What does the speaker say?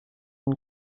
une